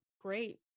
great